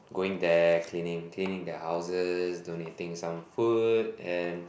going there cleaning cleaning their houses donating some food and